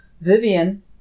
Vivian